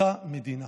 אותה מדינה.